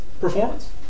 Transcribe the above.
performance